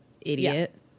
idiot